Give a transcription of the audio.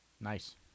Nice